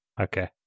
okay